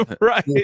Right